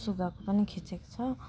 सुगाको पनि खिचेको छु